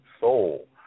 Soul